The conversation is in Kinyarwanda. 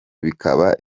bikaba